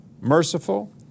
merciful